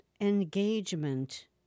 Engagement